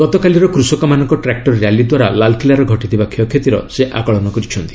ଗତକାଲିର କୃଷକମାନଙ୍କ ଟ୍ରାକୁର ର୍ୟାଲି ଦ୍ୱାରା ଲାଲ୍କିଲାର ଘଟିଥିବା କ୍ଷୟକ୍ଷତିର ସେ ଆକଳନ କରିଛନ୍ତି